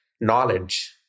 knowledge